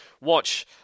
Watch